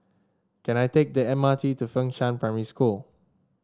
can I take the M R T to Fengshan Primary School